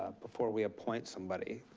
ah before we appoint somebody.